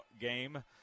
game